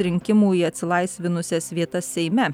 rinkimų į atsilaisvinusias vietas seime